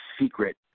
secret